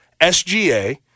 SGA